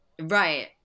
right